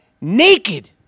naked